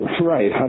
right